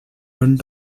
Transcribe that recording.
earned